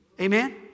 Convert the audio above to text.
Amen